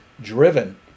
driven